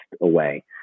away